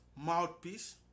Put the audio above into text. mouthpiece